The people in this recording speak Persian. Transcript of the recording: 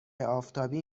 آفتابی